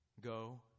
go